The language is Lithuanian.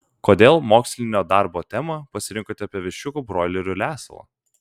kodėl mokslinio darbo temą pasirinkote apie viščiukų broilerių lesalą